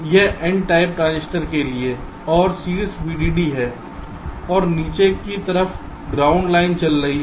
यह N प्रकार के ट्रांजिस्टर के लिए और शीर्ष V DD पर है और नीचे की तरफ ग्राउंड लाइन चल रही है